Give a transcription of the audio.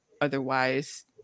Otherwise